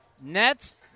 Nets